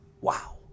Wow